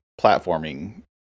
platforming